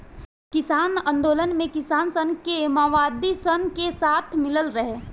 किसान आन्दोलन मे किसान सन के मओवादी सन के साथ मिलल रहे